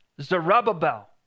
Zerubbabel